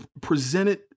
presented